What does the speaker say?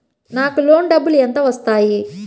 నాకు లోన్ డబ్బులు ఎంత వస్తాయి?